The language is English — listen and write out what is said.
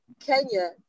kenya